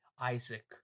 Isaac